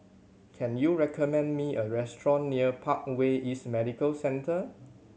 can you recommend me a restaurant near Parkway East Medical Centre